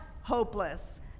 hopeless